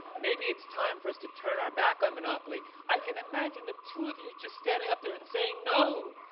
maybe it's time for us to turn our back on monopoly. i can imagine the two of you just standing up there and saying, no.